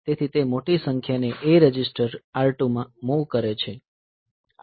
તેથી તે મોટી સંખ્યાને A રજિસ્ટર R2 મૂવ કરે છે